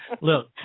Look